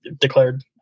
declared